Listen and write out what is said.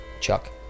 Chuck